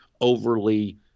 overly